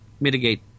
mitigate